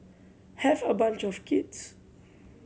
have a bunch of kids